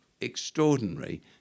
extraordinary